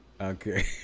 Okay